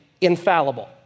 infallible